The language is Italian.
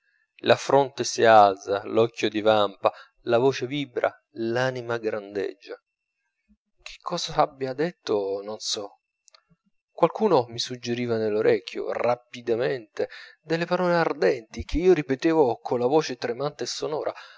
la fronte si alza l'occhio divampa la voce vibra l'anima grandeggia che cos'abbia detto non so qualcuno mi suggeriva nell'orecchio rapidamente delle parole ardenti che io ripetevo colla voce tremante e sonora